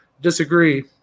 Disagree